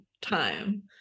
time